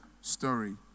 story